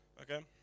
Okay